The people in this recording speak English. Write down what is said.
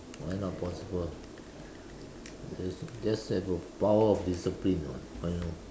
why not possible just just have a power of discipline [what] why no